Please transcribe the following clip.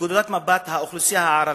מנקודת המבט של האוכלוסייה הערבית.